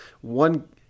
one